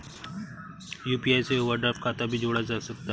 UPI से overdraft खाता भी जोड़ा जा सकता है